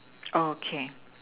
okay